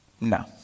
No